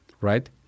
right